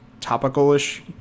topical-ish